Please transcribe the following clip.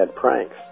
pranks